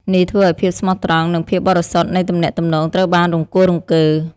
នេះធ្វើឲ្យភាពស្មោះត្រង់ និងភាពបរិសុទ្ធនៃទំនាក់ទំនងត្រូវបានរង្គោះរង្គើ។